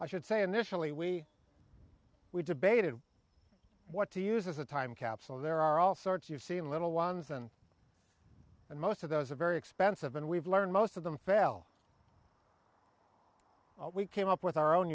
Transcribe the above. i should say initially we we debated what to use as a time capsule there are all sorts you see little ones and and most of those are very expensive and we've learned most of them fail we came up with our own